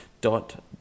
Dot